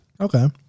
Okay